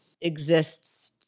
exists